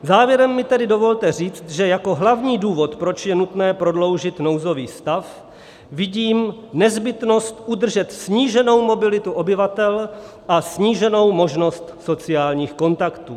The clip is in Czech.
Závěrem mi tedy dovolte říct, že jako hlavní důvod, proč je nutné prodloužit nouzový stav, vidím nezbytnost udržet sníženou mobilitu obyvatel a sníženou možnost sociálních kontaktů.